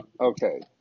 Okay